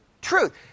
truth